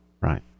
Right